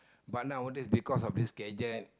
but nowadays because of this gadget